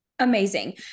Amazing